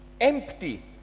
empty